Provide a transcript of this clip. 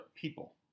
people